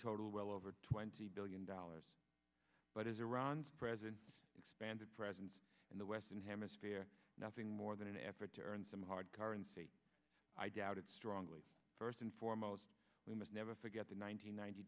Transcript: total well over twenty billion dollars but as iran's president expanded presence in the western hemisphere nothing more than an effort to earn some hard currency i doubted strongly first and foremost we must never forget the one nine